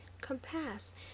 compass